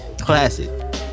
Classic